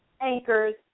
anchors